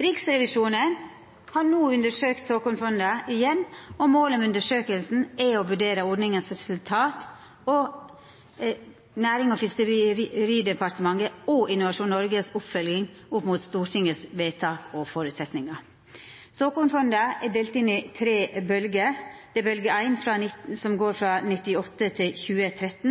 Riksrevisjonen har no undersøkt såkornfonda igjen, og målet med undersøkinga var å vurdera ordningas resultat og Nærings- og fiskeridepartementet og Innovasjon Norges oppfølging opp mot Stortingets vedtak og føresetnadar. Såkornfonda er delte inn i tre bølgjer: bølgje 1, frå 1998–2013,